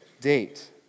date